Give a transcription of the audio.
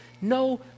no